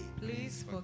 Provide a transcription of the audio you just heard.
Please